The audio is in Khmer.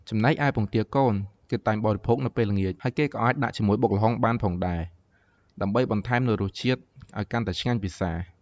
ចំណែកឯ ពងទាកូន គេតែងបរិភោគនៅពេលល្ងាច ហើយគេក៏អាចដាក់ជាមួយនឹងបុកល្ហុងបានផងដែរ ដើម្បីបន្ថែមនៅរសជាតិកាន់តែឆ្ងាញ់ពិសារ។